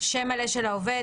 שם מלא של העובד,